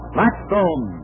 Blackstone